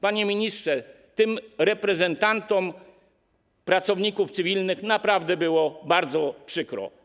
Panie ministrze, tym reprezentantom pracowników cywilnych naprawdę było bardzo przykro.